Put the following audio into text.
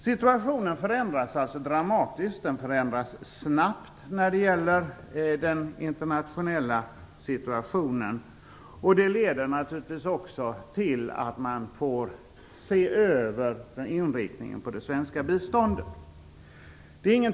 Den internationella situationen förändras alltså dramatiskt och snabbt. Det leder naturligtvis också till att man får se över inriktningen på det svenska biståndet.